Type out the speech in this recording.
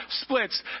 splits